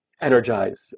energize